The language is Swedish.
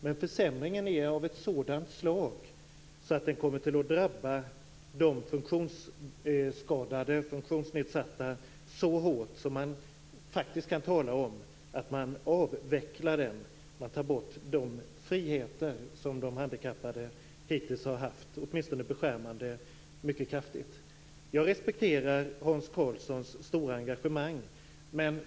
Men försämringen är av sådant slag att de med funktionsnedsättningar skadas så hårt att man faktiskt kan tala om en avveckling. De friheter tas bort som de handikappade hittills har haft. Åtminstone blir det kraftigt beskärda friheter. Jag respekterar Hans Karlssons stora engagemang.